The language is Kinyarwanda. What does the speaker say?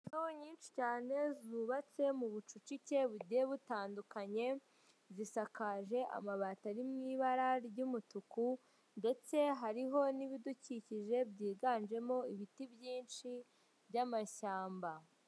Inzu nyinshi cyane zubatse mu bucucike bugiye butandukanye, zisakaje amabati ari mw'ibara ry'umutuku ndetse hariho n'ibidukikije byiganjemo ibiti byinshi by'amashyamba.